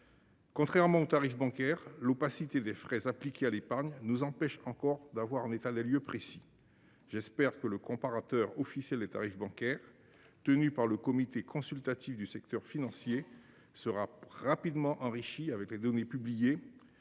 Contrairement aux tarifs bancaires, l'opacité des frais appliqué à l'épargne nous empêche encore d'avoir un état des lieux précis. J'espère que le comparateur officiel, les tarifs bancaires tenus par le comité consultatif du secteur financier. Ce rap-rapidement enrichie avec les données publiées